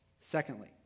Secondly